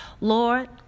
Lord